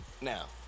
Now